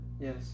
yes